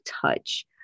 touch